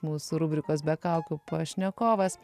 mūsų rubrikos be kaukių pašnekovas